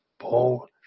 Paul